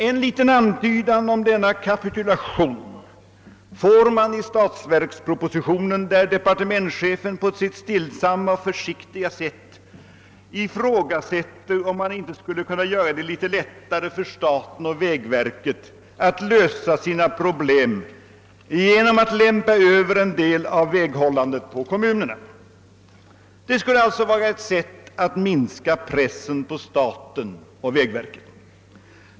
En liten antydan om denna kapitulation ges i statsverkspropositionen, där departementschefen på sitt stillsamma och försiktiga sätt ifrågasätter, om man inte skulle kunna göra det litet lättare för staten och vägverket att lösa sina problem genom att lämpa över en del av väghållandet på kommunerna. Det skulle alltså vara ett sätt att minska pressen på staten och vägverket.